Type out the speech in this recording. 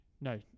No